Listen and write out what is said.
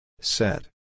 set